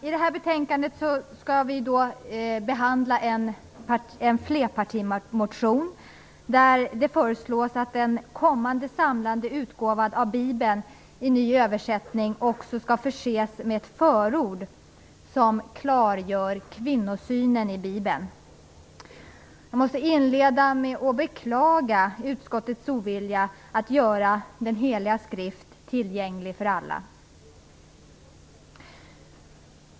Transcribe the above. I detta betänkande behandlas en flerpartimotion där det föreslås att den kommande, samlade utgåvan av Bibeln i ny översättning också skall förses med ett förord som klargör kvinnosynen i Bibeln. Jag måste börja med att beklaga utskottets ovilja att göra den heliga skrift tillgänglig för alla.